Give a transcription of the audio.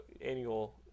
annual